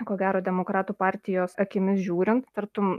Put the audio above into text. ko gero demokratų partijos akimis žiūrint tartum